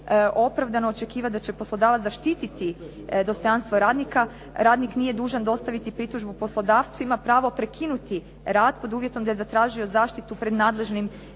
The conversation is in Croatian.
opravdano očekivati da će poslodavac zaštiti dostojanstvo radnika, radnik nije dužan dostaviti pritužbu poslodavcu, ima pravo prekinuti rad pod uvjetom da je zatražio zaštitu pred nadležnim